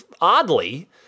oddly